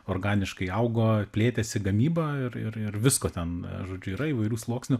organiškai augo plėtėsi gamyba ir ir ir visko ten žodžiu yra įvairių sluoksnių